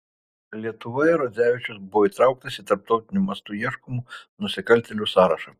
lietuvoje rodzevičius buvo įtrauktas į tarptautiniu mastu ieškomų nusikaltėlių sąrašą